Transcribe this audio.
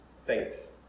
faith